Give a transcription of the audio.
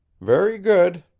very good,